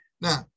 Now